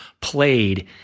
played